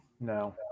no